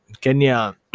Kenya